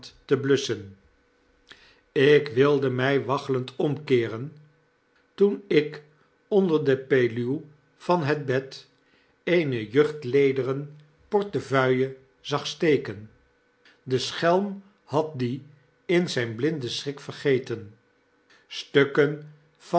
te blusschen ik wilde mij waggelend omkeeren toen ik onder de peluw van het bed eene juichtlederen portefeuille zag uitsteken de schelm had die in zgn blinden schrik vergeten stukken van